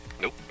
Nope